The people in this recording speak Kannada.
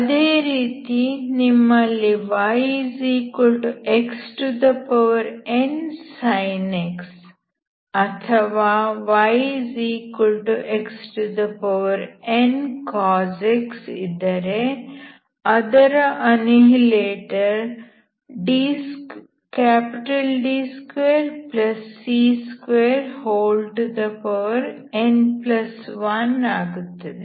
ಅದೇ ರೀತಿ ನಿಮ್ಮಲ್ಲಿ yxnsin x ಅಥವಾ yxncos x ಇದ್ದರೆ ಅದರ ಅನ್ನಿಹಿಲೇಟರ್D2c2n1ಆಗುತ್ತದೆ